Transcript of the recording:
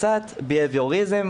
קצת ביהביוריזם,